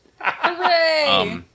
Hooray